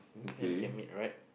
then we can meet alright